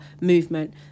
movement